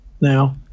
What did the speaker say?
now